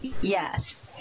Yes